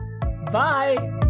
Bye